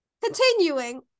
continuing